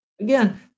Again